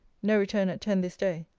no return at ten this day.